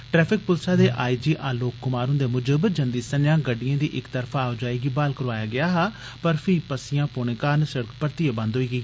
traffic पुलसा दे I G Alok Kumar हुप्पे मुजब जव्वी सक्मा गड्डिए दी इक तरफा आओजाई गी ब्हाल करोआया गेआ हा पर फ्ही पस्सिया पौने कारण सिड़क परतियै बव्व होई गेई